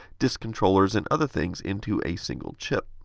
disk controllers, and other things into a single chip.